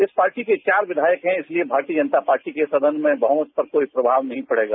इस पार्टी के चार विधायक है इसलिए भारतीय जनता पार्टी के सदन में बहमत में इस पर कोई दबाव नहीं पड़ेगा